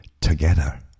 together